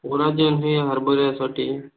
Coragen हे हरभऱ्यासाठी